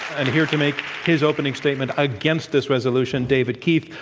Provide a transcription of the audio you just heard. and here to make his opening statement against this resolution, david keith,